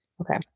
Okay